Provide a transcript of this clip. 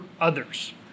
others